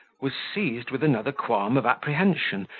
was seized with another qualm of apprehension,